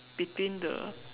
between the